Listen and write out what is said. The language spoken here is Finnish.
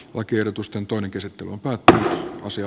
on ollut aivan riittävän kova